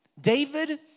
David